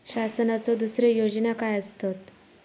शासनाचो दुसरे योजना काय आसतत?